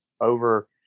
over